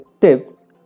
tips